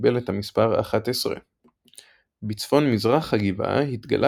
שקיבל את המספר 11. בצפון מזרח הגבעה התגלה